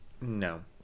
no